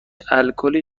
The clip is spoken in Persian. الکلی